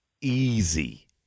easy